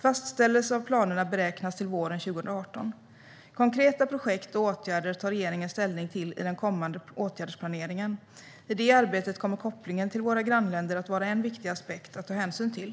Fastställelse av planerna beräknas till våren 2018. Konkreta projekt och åtgärder tar regeringen ställning till i den kommande åtgärdsplaneringen. I det arbetet kommer kopplingen till våra grannländer att vara en viktig aspekt att ta hänsyn till.